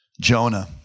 Jonah